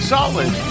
Solid